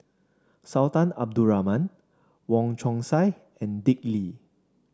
Sultan Abdul Rahman Wong Chong Sai and Dick Lee